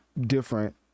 different